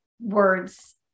words